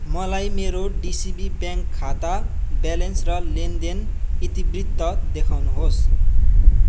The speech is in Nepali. मलाई मेरो डिसिबी ब्याङ्क खाता ब्यालेन्स र लेनदेन इतिवृत्त देखाउनुहोस्